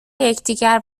یکدیگر